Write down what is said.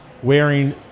wearing